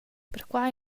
perquai